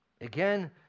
Again